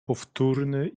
powtórny